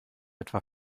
etwa